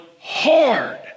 hard